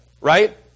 right